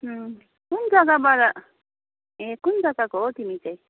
कुन जग्गाबाट ए कुन जग्गाको हो तिमी चाहिँ